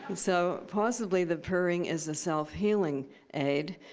so, possibly, the purring is the self-healing aid,